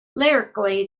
lyrically